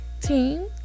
team